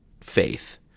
faith